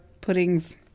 puddings